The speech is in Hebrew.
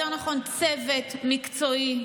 יותר נכון צוות מקצועי,